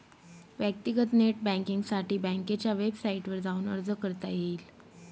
व्यक्तीगत नेट बँकींगसाठी बँकेच्या वेबसाईटवर जाऊन अर्ज करता येईल